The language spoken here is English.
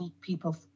people